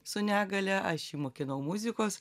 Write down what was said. su negalia aš jį mokinau muzikos